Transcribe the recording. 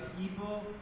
people